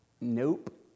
Nope